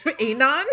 Anon